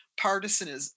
partisanship